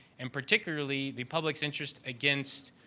and particularly, the public interest against